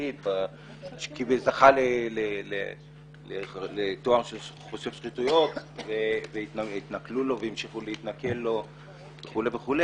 עילית שזכה לתואר של חושף שחיתויות והתנכלו לו והמשיכו להתנכל לו וכולי.